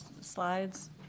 slides